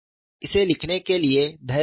इसे लिखने के लिए धैर्य रखें